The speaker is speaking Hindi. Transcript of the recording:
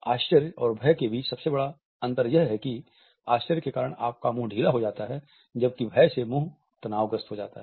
आश्चर्य और भय के बीच सबसे बड़ा अंतर यह है कि आश्चर्य के कारण आपका मुंह ढीला हो जाता है जबकि भय से मुंह तनाव ग्रस्त हो जाता है